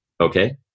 Okay